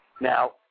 Now